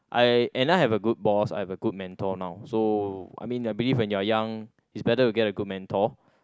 I and I have a good boss I have a good mentor now so I mean I believe when you're young is better to get a good mentor